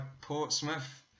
Portsmouth